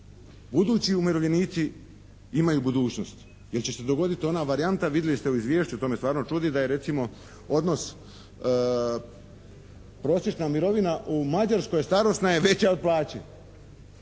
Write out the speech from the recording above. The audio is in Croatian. budući umirovljenici imaju budućnost. Jer će se dogoditi ona varijanta, vidjeli ste u izvješću, to me stvarno čudi da je recimo odnos, prosječna mirovina u Mađarskoj starosna je veća od plaće